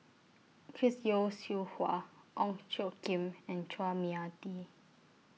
Chris Yeo Siew Hua Ong Tjoe Kim and Chua Mia Tee